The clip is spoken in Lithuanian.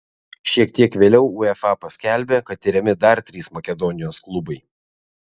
šiek tiek vėliau uefa paskelbė kad tiriami dar trys makedonijos klubai